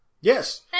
Yes